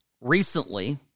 Recently